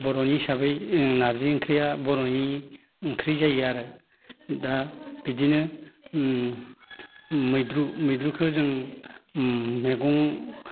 बर'नि हिसाबै नारजि ओंख्रिया बर'नि ओंख्रि जायो आरो दा बिदिनो मैद्रु मैद्रुखौ जों मैगं